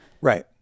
right